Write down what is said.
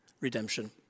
redemption